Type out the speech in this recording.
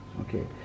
Okay